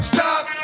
Stop